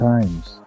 Times